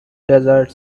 desert